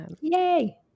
Yay